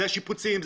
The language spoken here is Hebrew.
זה שיפוצים,